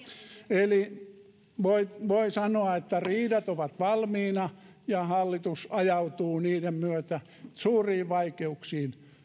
eli voin sanoa että riidat ovat valmiina ja että hallitus ajautuu niiden myötä suuriin vaikeuksiin